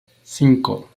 cinco